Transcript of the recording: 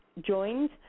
joined